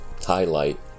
highlight